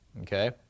okay